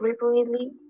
repeatedly